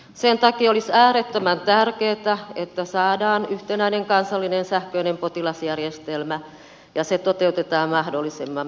sen takia olisi äärettömän tärkeätä että saadaan yhtenäinen kansallinen sähköinen potilasjärjestelmä ja että se toteutetaan mahdollisimman pikaisesti